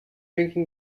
drinking